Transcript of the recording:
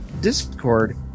Discord